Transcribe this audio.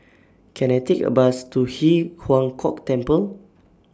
Can I Take A Bus to Ji Huang Kok Temple